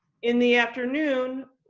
in the afternoon,